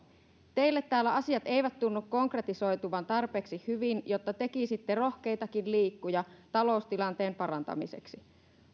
teille täällä asiat eivät tunnu konkretisoituvan tarpeeksi hyvin jotta tekisitte rohkeitakin liikkuja taloustilanteen parantamiseksi